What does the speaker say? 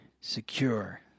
Secure